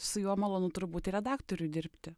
su juo malonu turbūt ir redaktoriui dirbti